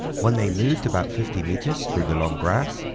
when they moved about fifty meters through the long grass,